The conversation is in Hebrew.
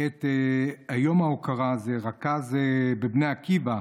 את יום ההוקרה הזה, רכז בבני עקיבא,